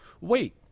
wait